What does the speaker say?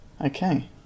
Okay